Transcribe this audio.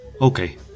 Okay